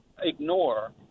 ignore